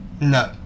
no